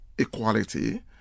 equality